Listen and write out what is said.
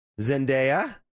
Zendaya